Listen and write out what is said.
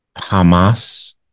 hamas